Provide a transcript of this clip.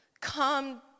come